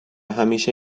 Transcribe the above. همیشه